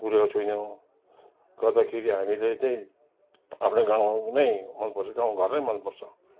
भुलेको छैनौँ गर्दाखेरि हामीले चाहिँ आफ्नै गाउँ नै मन पर्छ गाउँ घरै मन पर्छ